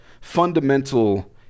fundamental